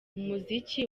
umuziki